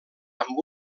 amb